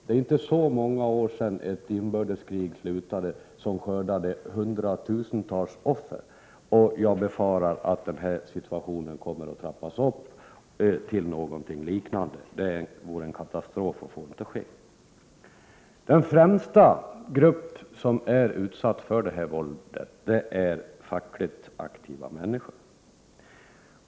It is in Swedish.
Det är inte så många år sedan ett inbördeskrig slutade, som hade skördat hundratusentals offer. Jag befarar att den situation som nu råder kommer att trappas upp till någonting liknande. Det vore en katastrof och får inte ske. Den grupp som främst är utsatt för detta våld är fackligt aktiva människor.